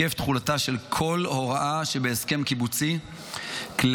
את היקף תחולתה של כל הוראה שבהסכם קיבוצי כללי,